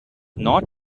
not